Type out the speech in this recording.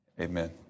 Amen